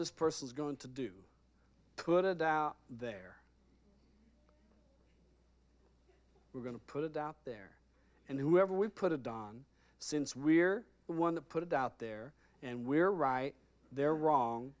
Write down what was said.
this person's going to do to put it out there we're going to put it out there and whoever we put it don since we're one that put it out there and we're right they're wrong